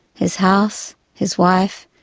his house, his wife,